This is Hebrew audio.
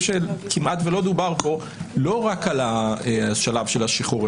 כמעט שלא דובר פה לא רק על השלב של השחרור,